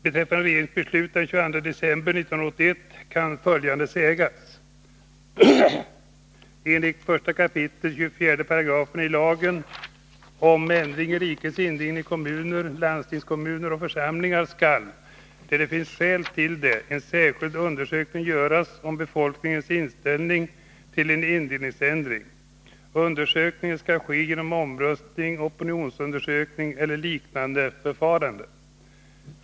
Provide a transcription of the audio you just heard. Beträffande regeringens beslut den 22 december 1981 kan följande sägas. Enligt 1 kap. 24 § lagen om ändring i rikets indelning i kommuner, landstingskommuner och församlingar skall, när det finns skäl till det, en särskild undersökning göras om befolkningens inställning till en indelningsändring. Undersökningen kan ske genom omröstning, opinionsundersökning eller liknande förfarande.